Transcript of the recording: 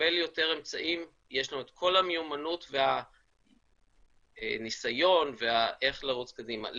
נקבל יותר אמצעים יש לנו את כל המיומנות והניסיון ואיך לרוץ קדימה.